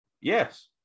Yes